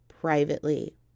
privately